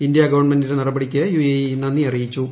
India ഗവൺമെന്റിന്റെ നപടിക്ക് U A E നന്ദി അറിയിച്ചു